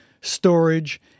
storage